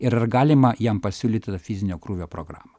ir ar galima jam pasiūlyti tą fizinio krūvio programą